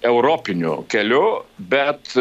europiniu keliu bet